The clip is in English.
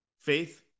faith